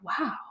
wow